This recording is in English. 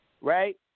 right